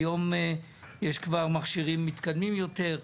היום יש כבר מכשירים מתקדמים יותר.